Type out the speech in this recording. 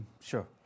sure